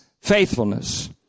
faithfulness